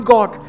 God